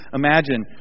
imagine